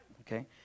Okay